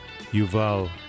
Yuval